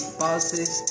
bosses